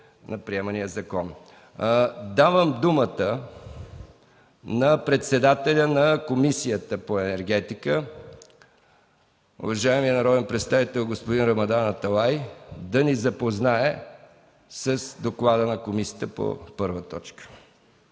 31 ЮЛИ 2013 г. Давам думата на председателя на Комисията по енергетика – уважаемия народен представител господин Рамадан Аталай, да ни запознае с доклада на комисията по първа точка